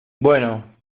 bueno